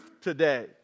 today